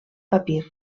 papir